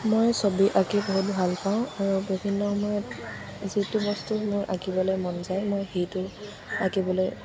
মই ছবি আঁকি বহুত ভাল পাওঁ আৰু বিভিন্ন সময়ত যিটো বস্তু মোৰ আঁকিবলৈ মন যায় মই সেইটো আঁকিবলৈ